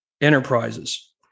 enterprises